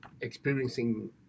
experiencing